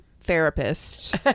therapist